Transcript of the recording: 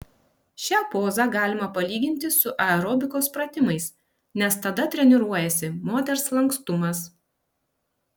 šią pozą galima palyginti su aerobikos pratimais nes tada treniruojasi moters lankstumas